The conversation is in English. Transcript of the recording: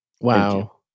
Wow